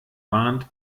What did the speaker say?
warnt